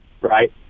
right